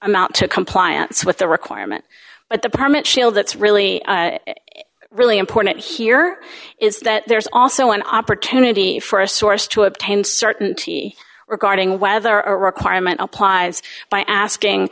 amount to compliance with the requirement but the permit shield that's really really important here is that there's also an opportunity for a source to obtain certainty regarding whether a requirement applies by asking